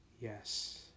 Yes